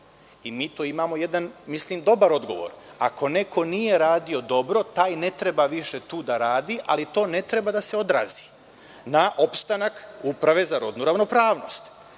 Mi tu imamo jedan dobar odgovor. Ako neko nije radio dobro, taj ne treba više tu da radi, ali to ne treba da se odrazi na opstanak Uprave za rodnu ravnopravnost.